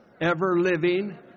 ever-living